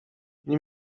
nie